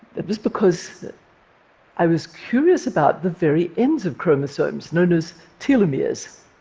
it was because i was curious about the very ends of chromosomes, known as telomeres.